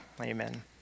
Amen